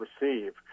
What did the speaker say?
receive